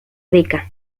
rica